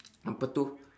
apa itu